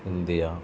India